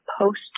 post